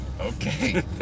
Okay